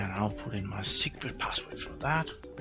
and i'll put in my secret password for that.